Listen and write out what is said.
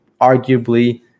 arguably